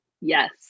Yes